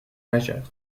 majeur